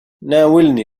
ناولني